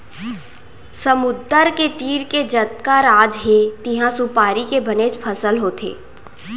समुद्दर के तीर के जतका राज हे तिहॉं सुपारी के बनेच फसल होथे